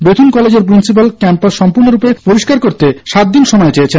Bethune কলেজের principal campus সম্পূর্ণরূপে পরিস্কার করতে সাতদিন সময় চেয়েছেন